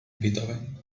beethoven